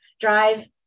drive